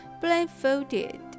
blindfolded